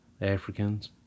Africans